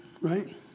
right